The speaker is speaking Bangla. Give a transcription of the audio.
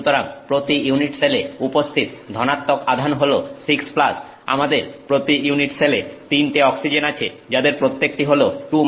সুতরাং প্রতি ইউনিট সেলে উপস্থিত ধনাত্মক আধান হল 6 আমাদের প্রতি ইউনিট সেলে 3টি অক্সিজেন আছে যাদের প্রত্যেকটি হল 2